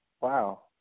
Wow